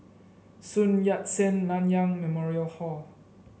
Sun Yat Sen Nanyang Memorial Hall